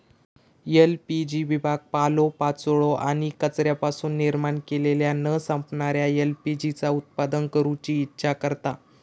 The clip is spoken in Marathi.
एल.पी.जी विभाग पालोपाचोळो आणि कचऱ्यापासून निर्माण केलेल्या न संपणाऱ्या एल.पी.जी चा उत्पादन करूची इच्छा करता